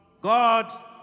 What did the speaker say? God